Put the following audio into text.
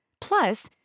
Plus